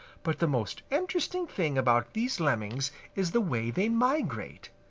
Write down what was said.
but the most interesting thing about these lemmings is the way they migrate.